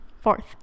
fourth